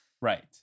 Right